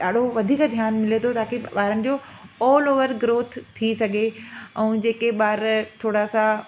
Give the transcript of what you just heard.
ॾाढो वधीक ध्यानु मिले थो ताकी ॿारनि जो ऑल ओवर ग्रोथ थी सघे ऐं जेके ॿार थोरा सा